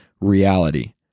Reality